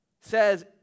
says